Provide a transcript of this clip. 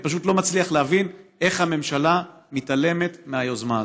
אני פשוט לא מצליח להבין איך הממשלה מתעלמת מהיוזמה הזאת.